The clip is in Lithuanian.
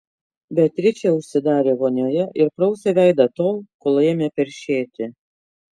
beatričė užsidarė vonioje ir prausė veidą tol kol ėmė peršėti